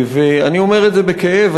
אני אומר את זה בכאב.